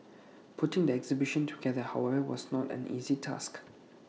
putting the exhibition together however was not an easy task